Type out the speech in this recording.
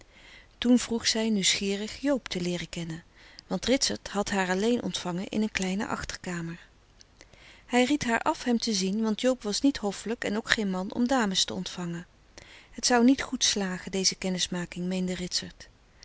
toen vroeg zij nieuwsgierig joob te leeren kennen want ritsert had haar alleen ontvangen in een kleine achterkamer hij ried haar af hem te zien want joob was niet hoffelijk en ook geen man om dames te ontvangen het zou niet goed slagen deze kennismaking meende ritsert